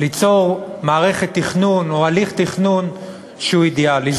ליצור מערכת תכנון, או הליך תכנון שהוא אידיאלי.